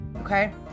Okay